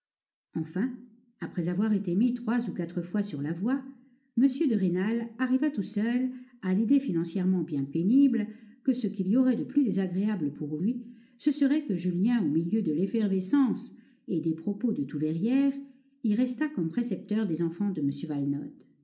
enfin après avoir été mis trois ou quatre fois sur la voie m de rênal arriva tout seul à l'idée financièrement bien pénible que ce qu'il y aurait de plus désagréable pour lui ce serait que julien au milieu de l'effervescence et des propos de tout verrières y restât comme précepteur des enfants de